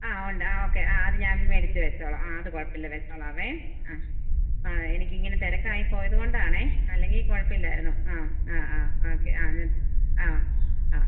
ആ ഉണ്ട് ആ ഓക്കെ ആ അത് ഞാന് മേടിച്ച് വെച്ചോളാം ആ അത് കുഴപ്പമില്ല വെച്ചോളാവേ ആ ആ എനിക്ക് അങ്ങനെ തിരക്കായി പോയത് കൊണ്ടാണ് അല്ലെങ്കിൽ കുഴപ്പമില്ലായിരുന്നു ആ ആ ആ ഓക്കെ ആ ഞാൻ ആ ആ